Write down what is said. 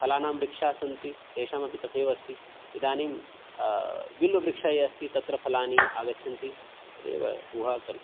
फलानां वृक्षाः सन्ति तेषामपि तथैव अस्ति इदानीं विल्ववृक्षः यः अस्ति तत्र फलानि आगच्छन्ति तदेव ऊहा कर्